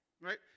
right